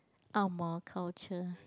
Angmoh culture